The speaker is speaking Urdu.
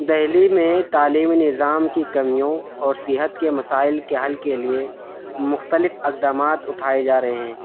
دہلی میں تعلیمی نظام کی کمیوں اور صحت کے مسائل کے حل کے لیے مختلف اقدامات اٹھائے جا رہے ہیں